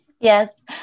Yes